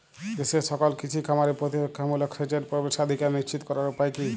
দেশের সকল কৃষি খামারে প্রতিরক্ষামূলক সেচের প্রবেশাধিকার নিশ্চিত করার উপায় কি?